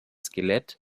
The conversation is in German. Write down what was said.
skelett